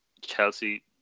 Chelsea